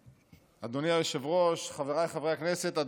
אדוני היושב-ראש, חבריי חברי הכנסת, אדוני השר,